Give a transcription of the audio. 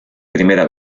primera